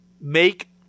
make